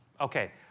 okay